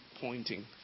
pointing